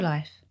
Life